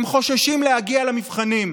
והם חוששים להגיע למבחנים.